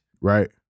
right